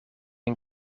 een